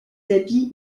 tapis